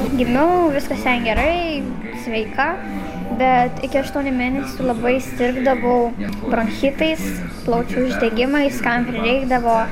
gimiau viskas ten gerai sveika bet iki aštuonių mėnesių labai sirgdavau bronchitais plaučių uždegimais kam prireikdavo